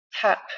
tap